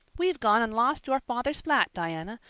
we've gone and lost your father's flat, diana,